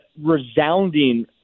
resounding